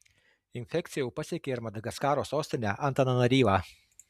infekcija jau pasiekė ir madagaskaro sostinę antananaryvą